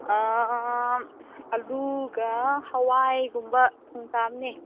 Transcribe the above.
ꯑꯥ ꯑꯥ ꯑꯥ ꯑꯥꯜꯂꯨꯒ ꯍꯋꯥꯏꯒꯨꯝꯕ ꯊꯣꯡꯇꯥꯕꯅꯤ